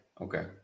okay